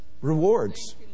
Rewards